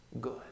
good